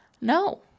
no